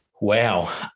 Wow